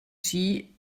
ski